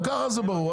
גם ככה זה ברור.